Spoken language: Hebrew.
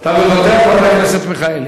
אתה מוותר, חבר הכנסת מיכאלי?